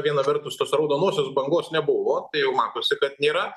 viena vertus tos raudonosios bangos nebuvo tai jau matosi kad nėra